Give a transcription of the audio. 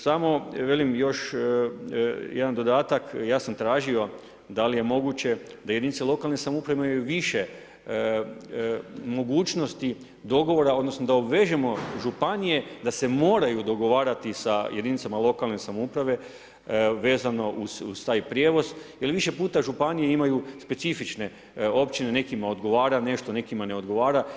Samo velim još jedan dodatak, ja sam tražio da li je moguće da jedinice lokalne samouprave imaju više mogućnosti dogovora, odnosno, da obvežemo županije, da se moraju dogovarati sa jedinicama lokalne samouprave, vezano uz taj prijevoz, jer više puta županije imaju specifične općine, nekim odgovara nešto, nekima ne odgovara.